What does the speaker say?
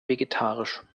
vegetarisch